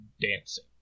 dancing